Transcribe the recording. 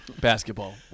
Basketball